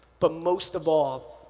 but most of all,